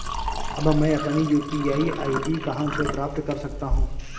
अब मैं अपनी यू.पी.आई आई.डी कहां से प्राप्त कर सकता हूं?